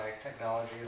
technology